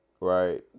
right